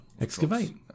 Excavate